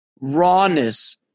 rawness